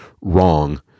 wrong